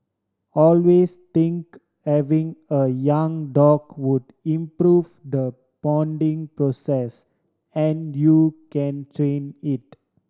always think having a young dog would improve the bonding process and you can train it